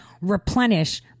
replenish